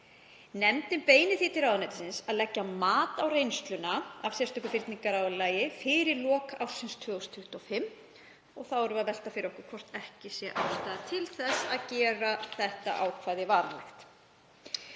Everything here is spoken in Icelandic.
Nefndin beinir því til ráðuneytisins að leggja mat á reynsluna af sérstöku fyrningarálagi fyrir lok árs 2025. Þá erum við að velta fyrir okkur hvort ekki sé ástæða til að gera þetta ákvæði varanlegt.